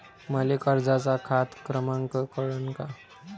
मले कर्जाचा खात क्रमांक कळन का?